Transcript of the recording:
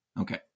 Okay